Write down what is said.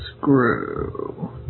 Screw